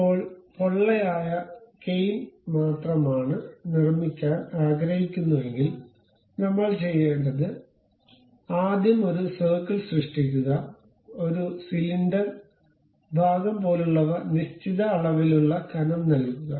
ഇപ്പോൾ പൊള്ളയായ കേയിൻ മാത്രമായാണ് നിർമ്മിക്കാൻ ആഗ്രഹിക്കുന്നുവെങ്കിൽ നമ്മൾ ചെയ്യേണ്ടത് ആദ്യം ഒരു സർക്കിൾ സൃഷ്ടിക്കുക ഒരു സിലിണ്ടർ ഭാഗം പോലുള്ളവ നിശ്ചിത അളവിലുള്ള കനം നൽകുക